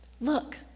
Look